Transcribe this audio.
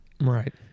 Right